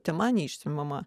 tema neišsemiama